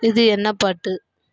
இது என்ன பாட்டு